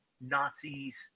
Nazis